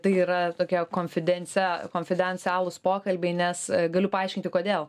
tai yra tokie konfidencia konfidencialūs pokalbiai nes galiu paaiškinti kodėl